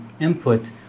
input